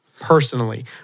personally